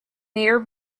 near